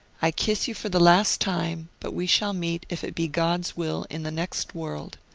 i kiss you for the last time, but we shall meet, if it be god's will, in the next world,